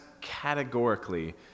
categorically